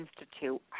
Institute